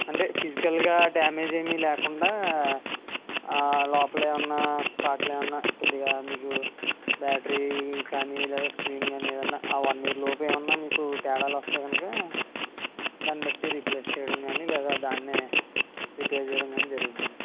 అంటే ఫిసికల్ గా డామేజ్ ఏమీ లేకుండా లోపలేమన్నా పార్ట్ ఏమన్నా కొద్దిగా మీకు బ్యాటరీ కానీ లేదా స్క్రీన్ కానీ ఏదన్నా ఆ వన్ ఇయర్ లోపు ఏమన్నా మీకు తేడాలొస్తే గనుక దాని బట్టి రీప్లేస్ చేయడం కానీ లేదా దాన్ని రిపేర్ చేయడం కానీ జరుగుతుంది